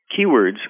Keywords